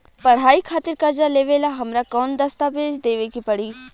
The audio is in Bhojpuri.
पढ़ाई खातिर कर्जा लेवेला हमरा कौन दस्तावेज़ देवे के पड़ी?